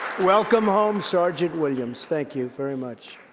welcome home, sergeant williams. thank you very much.